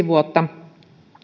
vuotta